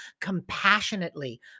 compassionately